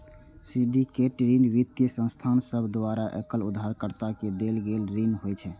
syndicate ऋण वित्तीय संस्थान सभ द्वारा एकल उधारकर्ता के देल गेल ऋण होइ छै